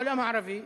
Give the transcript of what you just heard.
העולם הערבי,